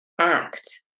Act